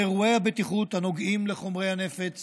על אירועי הבטיחות הנוגעים לחומרי הנפץ